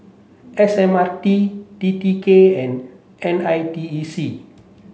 S M R T T T K and N I T E C